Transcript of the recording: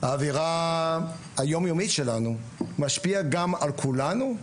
האווירה היומיומית שלנו משפיעה גם על כולנו,